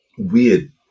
weird